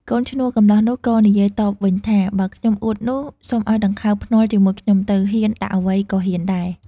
កូនឈ្នួលកំលោះនោះក៏និយាយតបវិញថា "បើខ្ញុំអួតនោះ សុំឲ្យដង្ខៅភ្នាល់ ជាមួយខ្ញុំទៅ ហ៊ានដាក់អ្វីក៏ហ៊ានដែរ”។